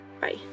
bye